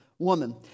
woman